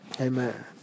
Amen